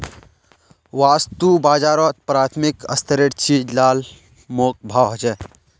वास्तु बाजारोत प्राथमिक स्तरेर चीज़ लात मोल भाव होछे